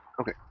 okay